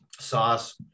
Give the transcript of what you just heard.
sauce